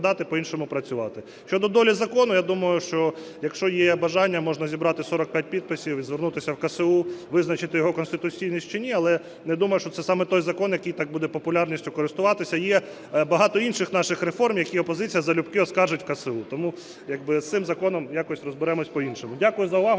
Дякую за увагу.